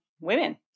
women